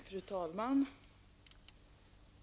Fru talman!